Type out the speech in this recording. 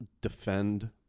defend